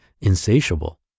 insatiable